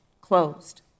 closed